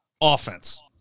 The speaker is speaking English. offense